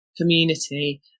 community